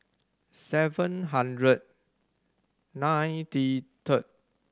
seven hundred ninety third